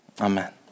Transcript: amen